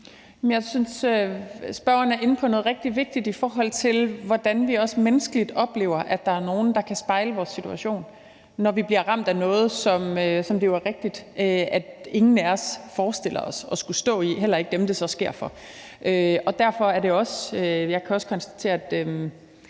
Jeg synes, at spørgeren er inde på noget rigtig vigtigt, i forhold til hvordan vi også menneskeligt oplever, at der er nogen, der kan spejle vores situation, når vi bliver ramt af noget, som det jo er rigtigt at ingen af os forestiller os at skulle stå i, heller ikke dem, det så sker for. Derfor kan jeg også konstatere, at